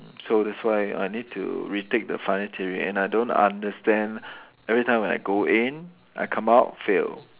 so that's why I need to retake the final theory and I don't understand every time when I go in I come out fail